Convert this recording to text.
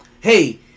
hey